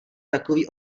takový